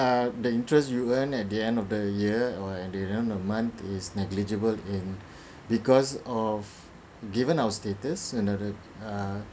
err the interest you earn at the end of the year or at the end of the month is negligible in because of given our status another err